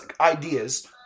ideas